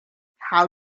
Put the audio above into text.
how